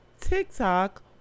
TikTok